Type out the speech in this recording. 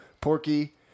Porky